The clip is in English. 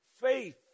Faith